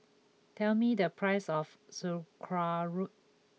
tell me the price of Sauerkraut